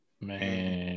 Man